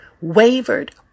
wavered